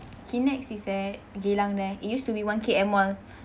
kinex is at geylang there it used to be one K_M mall